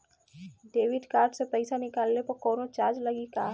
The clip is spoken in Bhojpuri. देबिट कार्ड से पैसा निकलले पर कौनो चार्ज लागि का?